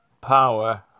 power